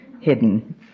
hidden